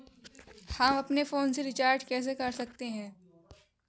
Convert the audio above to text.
हम अपने ही फोन से रिचार्ज कैसे कर सकते हैं?